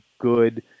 good